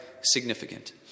significant